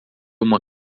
uma